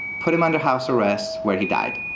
put him under house arrest where he died.